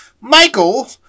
Michael